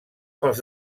pels